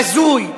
בזוי.